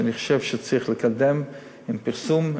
שאני חושב שצריך לקדם עם פרסום,